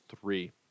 three